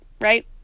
Right